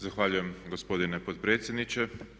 Zahvaljujem gospodine potpredsjedniče.